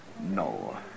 No